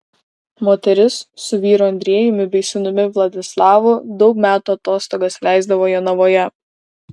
moteris su vyru andrejumi bei sūnumi vladislavu daug metų atostogas leisdavo jonavoje